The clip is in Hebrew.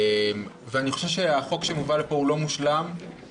אני חושב שהחוק שמובא לכאן לא מושלם.